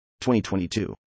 2022